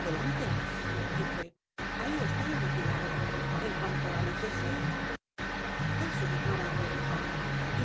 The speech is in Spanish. adelante dije ahí está el amontillado en cuanto á lucchesi e s u n ignorante